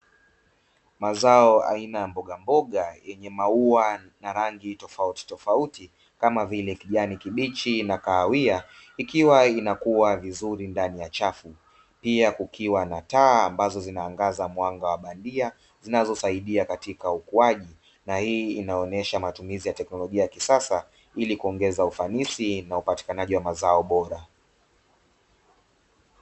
Mazao aina ya mboga mboga yenye maua na rangi tofauti tofauti kama vile kijani kibichi na kahawia ikiwa inakuwa vizuri ndani ya chafu pia kukiwa na taa ambazo zinaangaza mwanga wa bandia zinazosaidia katika ukuaji na hii inaonyesha matumizi ya tecknolojia ya kisasa ili kuongeza ufanisi na upatikanaji wa mazao bora.